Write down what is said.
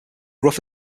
rough